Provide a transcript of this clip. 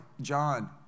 John